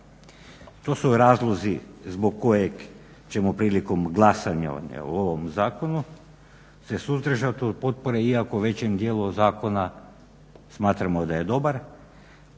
To su razlozi zbog kojih ćemo prilikom glasovanja o ovom zakonu se suzdržati od potpore iako većim dijelom zakona smatramo da je dobar.